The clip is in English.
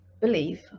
believe